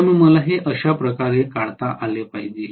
त्यामुळे मला ते अशा प्रकारे काढता आले पाहिजे